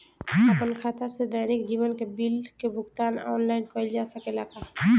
आपन खाता से दैनिक जीवन के बिल के भुगतान आनलाइन कइल जा सकेला का?